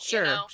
Sure